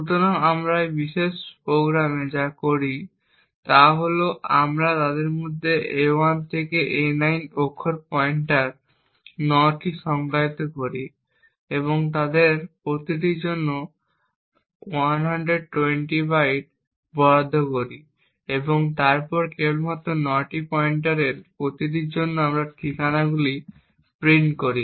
সুতরাং আমরা এই বিশেষ প্রোগ্রামে যা করি তা হল আমরা তাদের মধ্যে a1 থেকে a9 অক্ষর পয়েন্টার 9টি সংজ্ঞায়িত করি এবং তাদের প্রতিটির জন্য 120 বাইট বরাদ্দ করি এবং তারপর কেবলমাত্র এই 9টি পয়েন্টারের প্রতিটির জন্য ঠিকানাগুলি প্রিন্ট করি